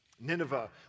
Nineveh